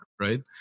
right